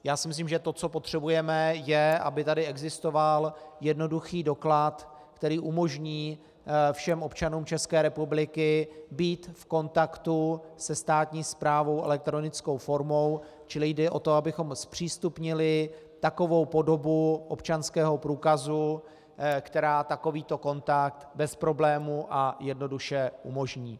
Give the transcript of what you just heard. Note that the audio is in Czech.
Já si myslím, že to, co potřebujeme, je, aby tady existoval jednoduchý doklad, který umožní všem občanům České republiky být v kontaktu se státní správou elektronickou formou, čili jde o to, abychom zpřístupnili takovou podobu občanského průkazu, která takovýto kontakt bez problému a jednoduše umožní.